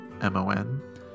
m-o-n